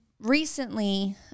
recently